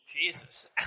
Jesus